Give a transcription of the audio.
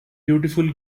beautiful